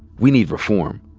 we need reform.